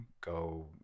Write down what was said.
go